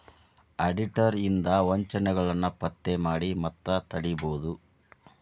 auditor ಇಂದಾ ವಂಚನೆಯನ್ನ ಪತ್ತೆ ಮಾಡಿ ಮತ್ತ ತಡಿಬೊದು